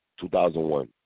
2001